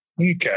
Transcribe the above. Okay